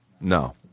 No